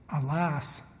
alas